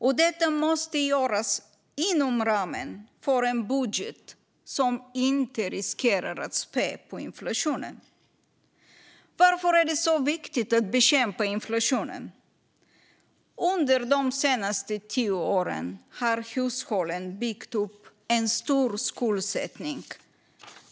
Och detta måste göras inom ramen för en budget som inte riskerar att spä på inflationen. Varför är det då så viktigt att bekämpa inflationen? Under de senaste tio åren har hushållen byggt upp en stor skuldsättning.